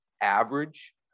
average